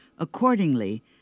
Accordingly